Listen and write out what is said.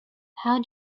how